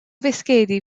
fisgedi